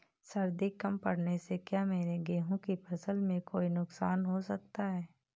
सर्दी कम पड़ने से क्या मेरे गेहूँ की फसल में कोई नुकसान हो सकता है?